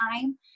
time